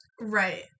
Right